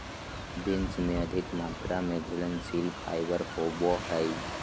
beans में अधिक मात्रा में घुलनशील फाइबर होवो हइ